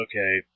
okay